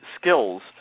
skills